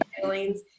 feelings